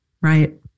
Right